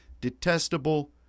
detestable